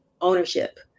ownership